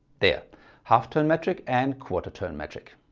there half turn metric and quarter turn metric.